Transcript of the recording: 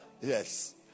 Yes